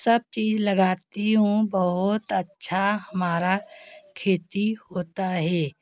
सब चीज़ लगाती हूँ बहुत अच्छा हमारा खेती होता है